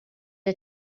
est